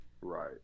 Right